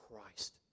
Christ